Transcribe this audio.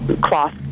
cloth